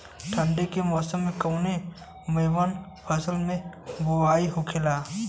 ठंडी के मौसम कवने मेंकवन फसल के बोवाई होखेला?